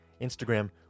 Instagram